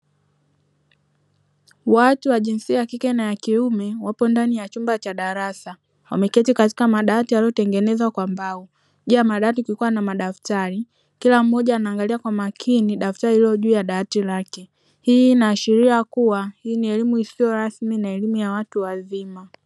Watu wa jinsia ya kike ya kiume wapo ndani ya chumba cha darasa wameketi katika madawati yaliyotengenezwa kwa mbao, juu ya madawati kukiwa na madaftari. Kila mmoja anaangalia kwa makini daftari lililo juu ya dawati lake. Hii inaashiria kuwa hii ni elimu isiyo rasmi na elimu ya watu wazima.